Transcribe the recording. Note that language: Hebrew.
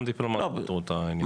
גם דיפלומט פתרו את העניין.